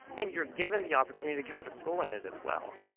and you're given the opportunity to go to school in it as well.